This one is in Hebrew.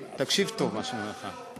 תקשיב טוב מה אני אומר לך.